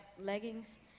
leggings